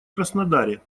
краснодаре